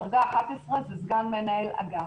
דרגה 11 זה סגן מנהל אגף.